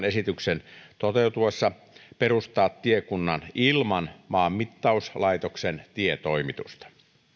esityksen toteutuessa perustaa tiekunnan ilman maanmittauslaitoksen tietoimitusta